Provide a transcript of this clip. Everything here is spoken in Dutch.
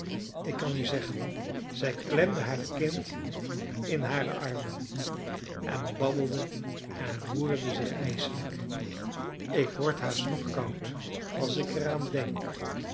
ik kan u zeggen zij klemde haar kind in hare armen en babbelde en roerde zich ijselijk ik word haast nog koud als ik er aan denk